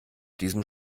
diesem